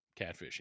catfishing